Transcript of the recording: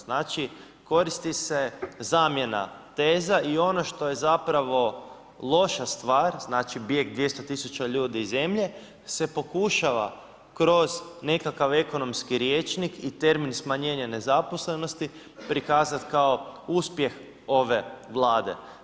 Znači, koristi se zamjena teza i ono što je zapravo loša stvar, znači bijeg 200 000 ljudi iz zemlje se pokušava kroz nekakav ekonomski rječnik i termin smanjenje nezaposlenosti prikazati kao uspjeh ove Vlade.